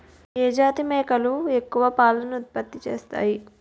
ఏ జాతి మేకలు ఎక్కువ పాలను ఉత్పత్తి చేస్తాయి?